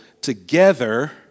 together